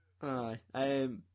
aye